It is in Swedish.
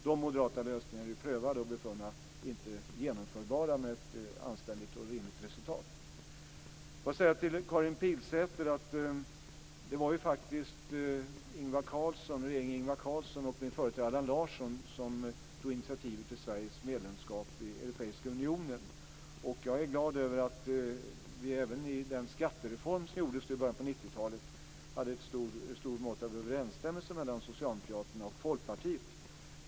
De moderata lösningarna är prövade och befunna inte genomförbara med ett anständigt och rimligt resultat. Till Karin Pilsäter vill jag säga att det faktiskt var regeringen Ingvar Carlsson och min företrädare Allan Europeiska unionen. Jag är glad över att vi även i den skattereform som gjordes i början av 90-talet hade en stort mått av överensstämmelse mellan Socialdemokraterna och Folkpartiet.